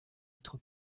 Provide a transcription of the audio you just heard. être